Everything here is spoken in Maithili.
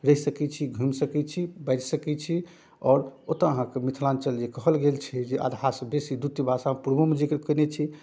रहि सकै छी घुमि सकै छी बाजि सकै छी आओर ओतऽ अहाँके मिथिलाञ्चल जे कहल गेल छै जे आधासँ बेसी द्वितीय भाषा पूर्वोमे जिक्र कएने छी